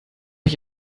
ich